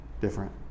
different